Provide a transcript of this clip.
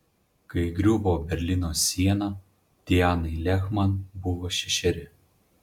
kai griuvo berlyno siena dianai lehman buvo šešeri